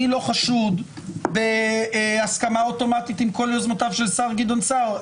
אני לא חשוד בהסכמה אוטומטית עם כל יוזמותיו של השר לשעבר גדעון סער.